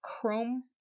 Chrome